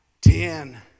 ten